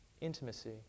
intimacy